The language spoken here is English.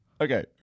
Okay